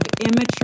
immature